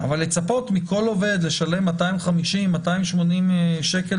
אבל לצפות מכל עובד לשלם 250-280 שקל